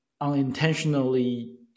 unintentionally